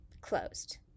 Closed